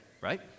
right